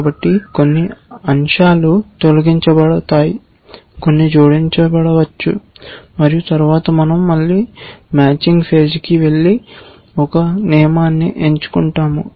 కాబట్టి కొన్ని అంశాలు తొలగించబడతాయి కొన్ని జోడించబడవచ్చు మరియు తరువాత మనం మళ్ళీ మ్యాచింగ్ ఫేజ్కి వెళ్లి ఒక నియమాన్ని ఎంచుకుంటాము